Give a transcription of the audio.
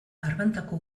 arbantako